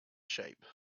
shape